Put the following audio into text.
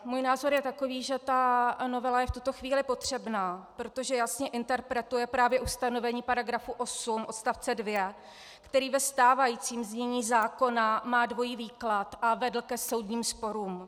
Můj názor je takový, že novela je v tuto chvíli potřebná, protože jasně interpretuje právě ustanovení § 8 odst. 2, který ve stávajícím znění zákona má dvojí výklad a vedl k soudním sporům.